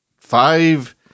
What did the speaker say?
five